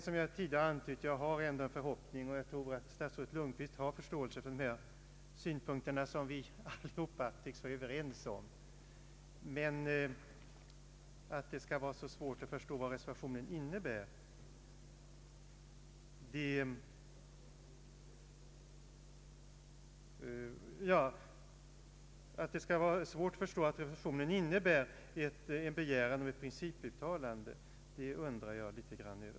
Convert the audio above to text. Som jag tidigare antytt, har jag en förhoppning om att statsrådet Lundkvist har förståelse för dessa synpunkter, som vi alla tycks vara tämligen överens om. Jag har dock svårt att förstå varför det enligt herr Anderssons uppfattning inte går att begripa reservationen som innehåller en begäran om ett principuttalande.